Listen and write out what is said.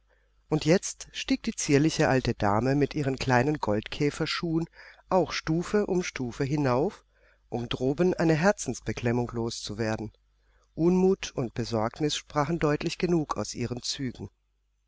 und jetzt stieg die zierliche alte dame mit ihren kleinen goldkäferschuhen auch stufe um stufe hinauf um droben eine herzensbeklemmung loszuwerden unmut und besorgnis sprachen deutlich genug aus ihren zügen